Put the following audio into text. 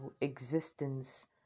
existence